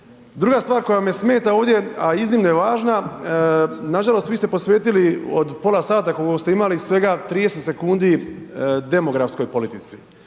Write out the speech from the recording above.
Druga stvar koja me smeta ovdje a iznimno je važna, nažalost, vi ste posvetili od pola sata koliko ste imali, svega 30 sekundi demografskoj politici.